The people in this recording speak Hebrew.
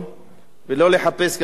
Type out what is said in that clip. ולא לחפש כאן אשמים.